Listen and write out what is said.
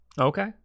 Okay